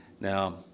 Now